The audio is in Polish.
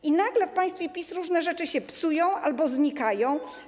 I nagle w państwie PiS różne rzeczy się psują, albo znikają.